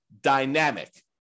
dynamic